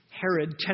Herod